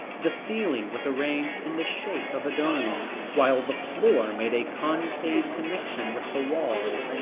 the ceiling was arranged in the shape of a dome, while the floor made a concave connection with the wall.